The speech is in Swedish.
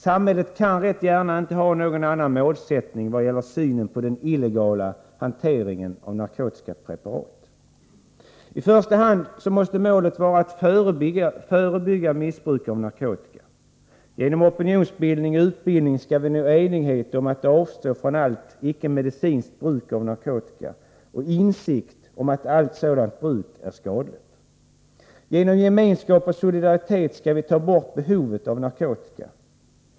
Samhället kan gärna inte ha någon annan målsättning i vad gäller synen på den illegala hanteringen av narkotiska preparat. I första hand måste målet vara att förebygga missbruk av narkotika. Genom opinionsbildning och utbildning skall vi nå enighet om ett samhälle där man avstår från allt icke-medicinskt bruk av narkotika och där insikt finns om att allt sådant missbruk är skadligt. Genom gemenskap och solidaritet skall vi ta bort behovet av narkotika.